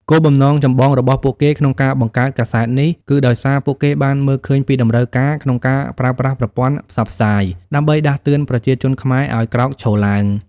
គោលបំណងចម្បងរបស់ពួកគេក្នុងការបង្កើតកាសែតនេះ គឺដោយសារពួកគេបានមើលឃើញពីតម្រូវការក្នុងការប្រើប្រាស់ប្រព័ន្ធផ្សព្វផ្សាយដើម្បីដាស់តឿនប្រជាជនខ្មែរឱ្យក្រោកឈរឡើង។